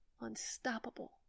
unstoppable